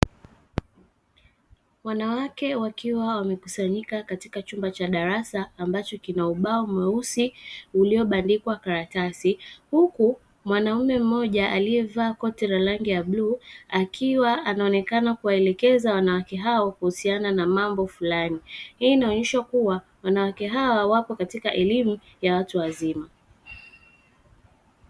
Wanawake wakiwa wamekusanyika katika chumba cha darasa ambacho kina ubao mweusi uliobandikwa karatasi; huku mwanaume mmoja aliyevaa koti la rangi ya bluu akiwa anaonekana kuwaelekeza wanawake hao kuhusiana na mambo fulani. Hii inaonyesha kuwa wanawake hawa wako katika elimu ya watu wazima.